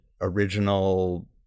original